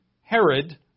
herod